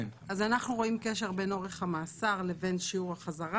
אז אנחנו רואים קשר בין אורך המאסר לבין שיעור החזרה.